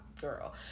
girl